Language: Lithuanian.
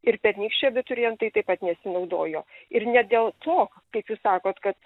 ir pernykščiai abiturientai taip pat nesinaudojo ir ne dėl to kaip jūs sakot kad